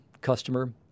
customer